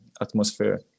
atmosphere